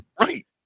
Right